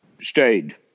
stayed